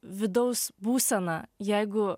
vidaus būsena jeigu